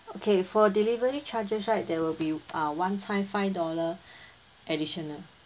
okay for delivery charges right there will be uh one time five dollar additional